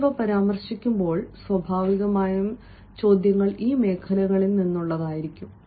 നിങ്ങൾ ഇവ പരാമർശിക്കുമ്പോൾ സ്വാഭാവികമായും ചോദ്യങ്ങൾ ഈ മേഖലകളിൽ നിന്നുള്ളതായിരിക്കും